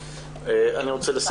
אני בטוחה שח"כ